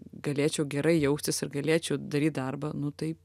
galėčiau gerai jaustis ir galėčiau daryt darbą nu tai